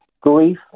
grief